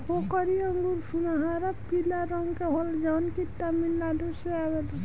भोकरी अंगूर सुनहरा पीला रंग के होला जवन की तमिलनाडु से आवेला